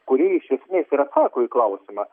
kuri iš esmės ir atsako į klausimą